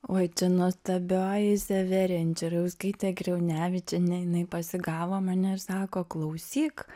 oi čia nuostabioji severija inčiriauskaitė griaunevičienė jinai pasigavo mane ir sako klausyk